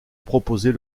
proposer